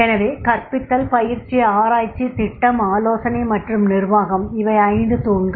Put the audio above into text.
எனவே கற்பித்தல் பயிற்சி ஆராய்ச்சி திட்டம் ஆலோசனை மற்றும் நிர்வாகம் இவை 5 தூண்கள்